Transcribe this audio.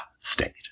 State